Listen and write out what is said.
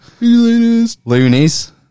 Loonies